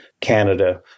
Canada